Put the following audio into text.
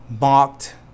mocked